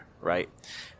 right